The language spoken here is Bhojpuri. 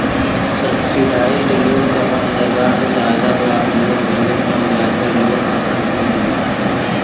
सब्सिडाइज्ड लोन क अर्थ सरकार से सहायता प्राप्त लोन जेमन कम ब्याज पर लोन आसानी से मिल जाला